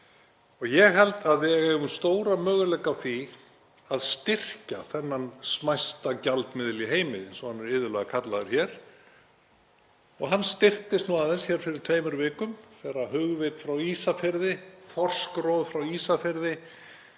Ég held að við eigum stóra möguleika á því að styrkja þennan smæsta gjaldmiðil í heimi eins og hann er iðulega kallaður hér. Hann styrktist nú aðeins fyrir tveimur vikum þegar hugvit frá Ísafirði, þorskroð frá Ísafirði